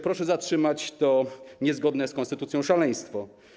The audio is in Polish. Proszę zatrzymać to niezgodne z konstytucją szaleństwo.